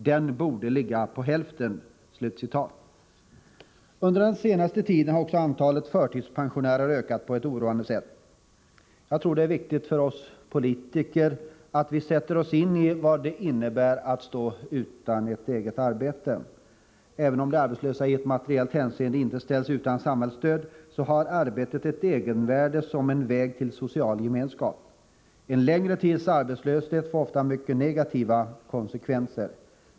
Den borde ligga på hälften.” Under den senaste tiden har också antalet förtidspensionärer ökat på ett oroande sätt. Jag tror att det är viktigt för oss politiker att vi sätter oss in i vad det innebär att stå utan ett eget arbete. Även om de arbetslösa i materiellt hänseende inte ställs utan samhällsstöd, har arbetet ett egenvärde som en väg till social gemenskap. En längre tids arbetslöshet får ofta mycket negativa konsekvenser för dem som drabbas.